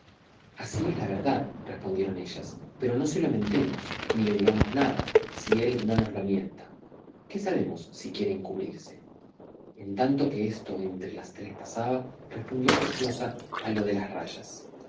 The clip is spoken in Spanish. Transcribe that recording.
así es la verdad respondieron ellas pero no se lo mentemos ni le digamos nada si él no nos lo mienta qué sabemos si quiere encubrirse en tanto que esto entre las tres pasaba respondió preciosa a lo de las rayas